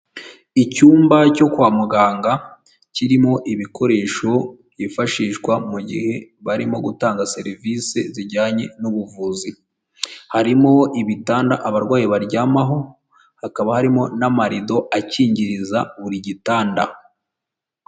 Icyumba cyo kwa muganga kirimo ibikoresho byifashishwa mu gihe barimo gutanga serivise zijyanye n'ubuvuzi. Harimo ibitanda abarwayi baryamaho, hakaba harimo n'amarido akingiriza buri gitanda.